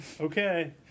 Okay